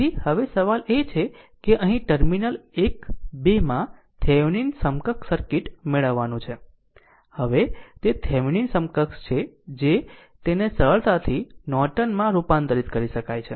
તેથી હવે સવાલ એ છે કે અહીં ટર્મિનલ 1 2 માં થેવેનિન સમકક્ષ સર્કિટ મેળવવાનું છે હવે તે થેવેનિન સમકક્ષ છે જે તેને સરળતાથી નોર્ટન માં રૂપાંતરિત કરી શકાય છે